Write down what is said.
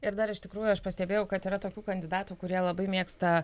ir dar iš tikrųjų aš pastebėjau kad yra tokių kandidatų kurie labai mėgsta